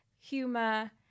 humor